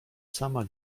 sama